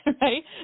right